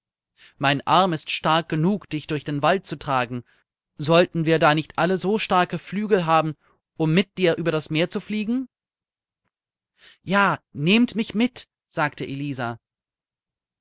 mein arm ist stark genug dich durch den wald zu tragen sollten wir da nicht alle so starke flügel haben um mit dir über das meer zu fliegen ja nehmt mich mit sagte elisa